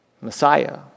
Messiah